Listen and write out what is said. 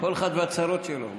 כל אחד והצרות שלו.